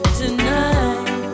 tonight